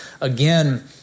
again